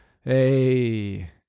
Hey